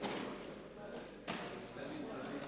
רבותי וגבירותי, חברות וחברי הכנסת,